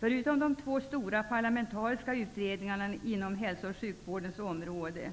Förutom de två stora parlamentariska utredningarna inom hälso och sjukvårdens område